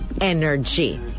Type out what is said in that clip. energy